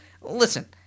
listen